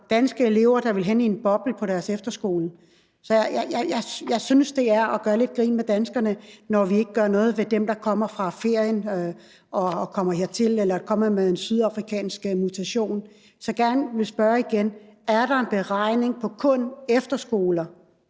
danske elever, der vil hen i en boble på deres efterskole. Så jeg synes, det er at gøre lidt grin med danskerne, når vi ikke gør noget ved dem, der kommer fra ferien og kommer hertil, eller som er kommet med en sydafrikansk mutation. Så jeg vil gerne spørge igen: Er der en beregning hos myndighederne